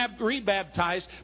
rebaptized